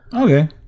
Okay